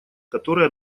который